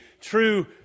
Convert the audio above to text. true